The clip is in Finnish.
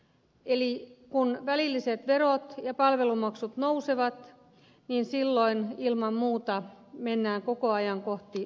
eli kun välilliset verot ja palvelumaksut nousevat silloin ilman muuta mennään koko ajan kohti tasaveroa